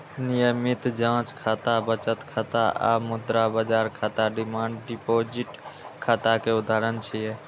नियमित जांच खाता, बचत खाता आ मुद्रा बाजार खाता डिमांड डिपोजिट खाता के उदाहरण छियै